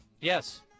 Yes